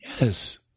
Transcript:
Yes